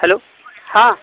hello हां